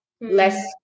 less